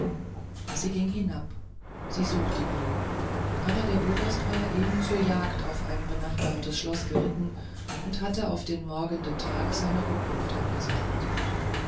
sie ging hinab sie suchte ihn aber der oberst war eben zur jagd auf ein benachbartes schloß geritten und hatte auf den morgenden tag seine rückkunft an